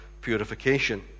purification